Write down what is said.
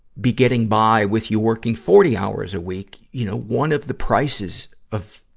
be getting by with you working forty hours a week. you know, one of the prices of